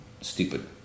Stupid